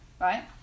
Right